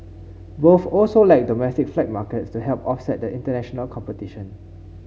both also lack domestic flight markets to help offset the international competition